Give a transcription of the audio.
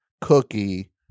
cookie